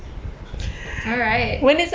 alright